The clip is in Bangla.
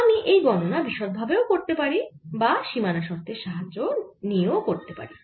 আমি এই গণনা বিশদভাবেও করতে পারি বা সীমানা শর্তের সাহায্য ও নিতে পারি